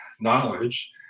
knowledge